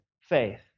faith